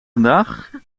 vandaag